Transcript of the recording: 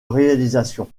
réalisation